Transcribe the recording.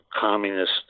communist